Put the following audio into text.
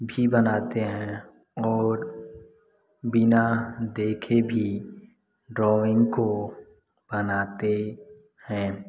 भी बनाते हैं और बिना देखे भी ड्रॉइंग को बनाते हैं